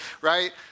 right